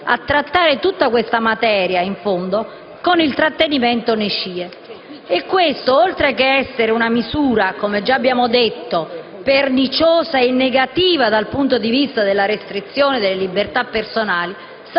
a trattare tutta questa materia con il trattenimento nei CIE. Questo, oltre che essere una misura perniciosa e negativa dal punto di vista della restrizione delle libertà personali,